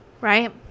Right